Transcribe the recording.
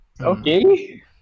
Okay